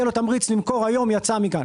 יהיה לו תמריץ למכור היום ויצא מכאן.